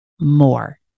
more